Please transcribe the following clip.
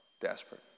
desperate